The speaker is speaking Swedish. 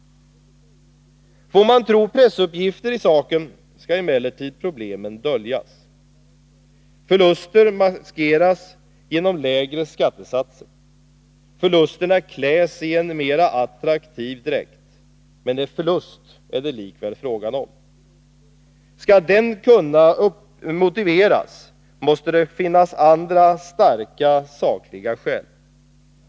Får man tro pressuppgifter i saken skall emellertid problemen döljas. Förluster maskeras genom lägre skattesatser. Att förlusten kläs i en mera attraktiv dräkt förändrar emellertid inte det faktum att det likväl är en förlust det är fråga om. Skall den kunna motiveras, måste det kunna anföras starka sakliga skäl.